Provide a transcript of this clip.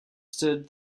stood